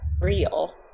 real